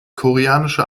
koreanische